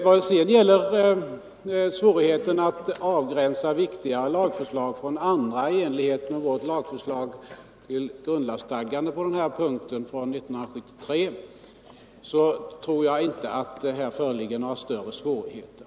Vad sedan gäller problemet att avgränsa viktigare lagförslag från andra i enlighet med vårt förslag till grundlagsstadgande på den här punkten från 1973 så tror jag inte att det föreligger några större svårigheter.